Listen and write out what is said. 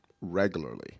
regularly